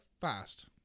fast